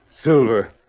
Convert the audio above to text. Silver